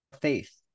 faith